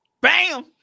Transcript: Bam